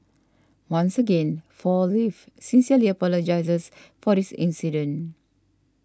once again Four Leaves sincerely apologises for this incident